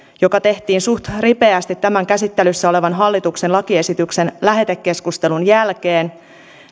joka tehtiin suht ripeästi tämän käsittelyssä olevan hallituksen lakiesityksen lähetekeskustelun jälkeen